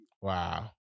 Wow